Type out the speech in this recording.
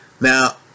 now